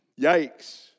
Yikes